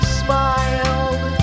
smiled